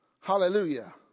Hallelujah